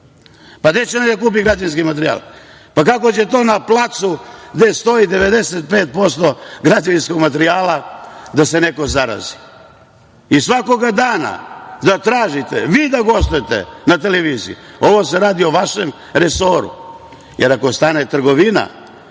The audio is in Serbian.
Pa, gde će da kupe građevinski materijal? Pa, kako će to na placu, gde stoji 95% građevinskog materijala, da se neko zarazi? Svakoga dana da tražite vi da gostujete na televiziji, ovo se radi o vašem resoru, jer ako stane trgovina,